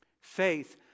Faith